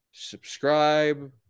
Subscribe